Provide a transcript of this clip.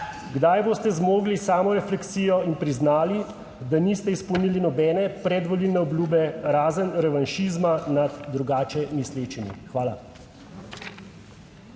Kdaj boste zmogli samorefleksijo in priznali, da niste izpolnili nobene predvolilne obljube, razen revanšizma nad drugače mislečimi? Hvala.